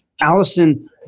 Allison